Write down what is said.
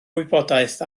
wybodaeth